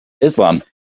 Islam